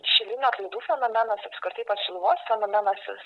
šilinių atlaidų fenomenas apskritai pats šiluvos fenomenas jis